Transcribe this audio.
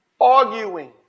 Arguing